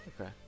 okay